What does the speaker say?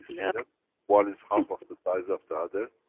yeah one is half of the size of the other?